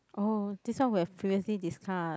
oh this one we have previously discussed